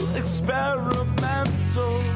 experimental